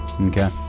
Okay